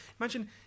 Imagine